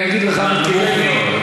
נמוך מאוד.